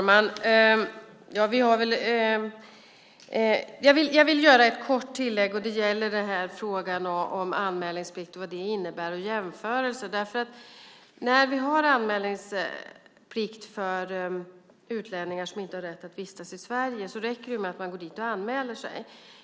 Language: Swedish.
Fru talman! Jag vill göra ett kort tillägg. Det gäller frågan om anmälningsplikt, vad den innebär, och om att göra en jämförelse. När det gäller anmälningsplikten för utlänningar som inte har rätt att vistas i Sverige räcker det att man anmäler sig hos polisen.